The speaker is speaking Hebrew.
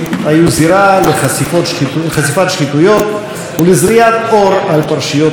לחשיפת שחיתויות ולזריית אור על פרשיות עלומות.